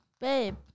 babe